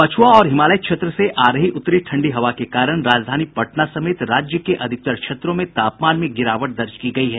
पछ्आ और हिमालय क्षेत्र से आ रही उत्तरी ठंडी हवा के कारण राजधानी पटना समेत राज्य के अधिकांश क्षेत्रों में तापमान में गिरावट दर्ज की गयी है